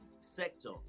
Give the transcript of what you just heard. sector